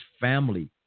family